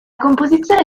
composizione